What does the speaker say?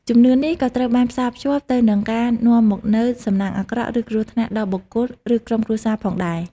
ជំនឿនេះក៏ត្រូវបានផ្សារភ្ជាប់ទៅនឹងការនាំមកនូវ សំណាងអាក្រក់ ឬគ្រោះថ្នាក់ ដល់បុគ្គល ឬក្រុមគ្រួសារផងដែរ។